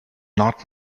not